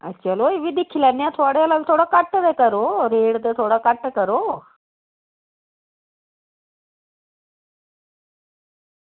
चलो ओह् बी दिक्खी लैन्ने आं थुआढ़े आह्ला बी थोह्ड़ा घट्ट ते करो रेट ते थोह्ड़ा घट्ट करो